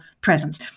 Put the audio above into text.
presence